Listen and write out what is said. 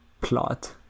plot